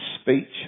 speech